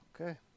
Okay